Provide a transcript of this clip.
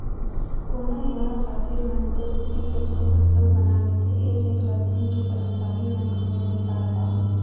कोनो कोनो सातिर मन तो डुप्लीकेट चेक घलोक बना लेथे, ए चेक ल बेंक के करमचारी मन घलो नइ ताड़ पावय